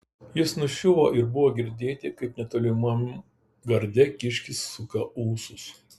jis nuščiuvo ir buvo girdėti kaip netolimam garde kiškis suka ūsus